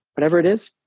whatever it is,